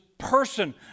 person